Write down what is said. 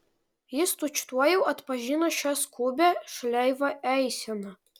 jis tučtuojau atpažino šią skubią šleivą eiseną